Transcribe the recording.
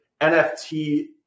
NFT